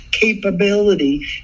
capability